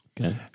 Okay